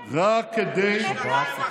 רק כדי, למה?